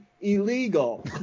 illegal